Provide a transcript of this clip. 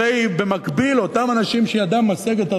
הרי במקביל אותם אנשים שידם משגת,